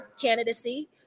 candidacy